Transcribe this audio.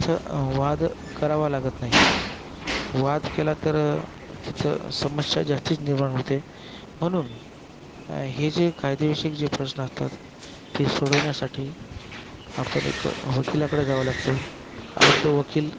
इथं वाद करावा लागत नाही वाद केला तर तिथं समस्या जास्तीच निर्माण होते म्हणून हे जे कायदेशीर जे प्रश्न असतात ते सोडवण्यासाठी आपण एक वकिलाकडं जावं लागतं आणि तो वकील